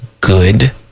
good